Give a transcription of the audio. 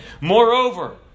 Moreover